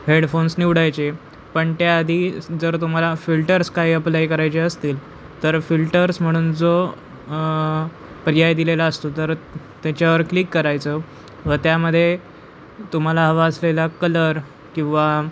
हेडफोन्सनी उडायचे पण त्याआधी जर तुम्हाला फिल्टर्स काही अप्लाय करायचे असतील तर फिल्टर्स म्हणून जो पर्याय दिलेला असतो तर त्याच्यावर क्लिक करायचं व त्यामध्ये तुम्हाला हवा असलेला कलर किंवा